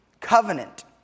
covenant